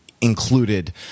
included